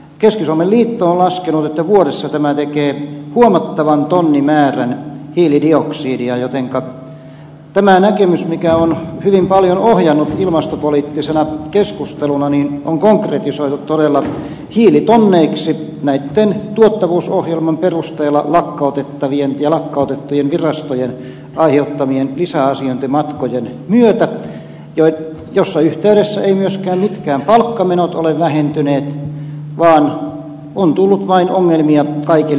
keski suomen liitto on laskenut että vuodessa tämä tekee huomattavan tonnimäärän hiilidioksidia jotenka tämä näkemys mikä on hyvin paljon ohjannut ilmastopoliittista keskustelua on todella konkretisoitu hiilitonneiksi näitten tuottavuusohjelman perusteella lakkautettavien ja lakkautettujen virastojen aiheuttamien lisäasiointimatkojen myötä jossa yhteydessä eivät myöskään mitkään palkkamenot ole vähentyneet vaan on tullut vain ongelmia kaikille